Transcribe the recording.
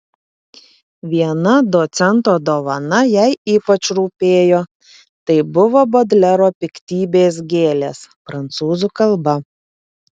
viena docento dovana jai ypač rūpėjo tai buvo bodlero piktybės gėlės prancūzų kalba